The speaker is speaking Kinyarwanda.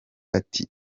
ati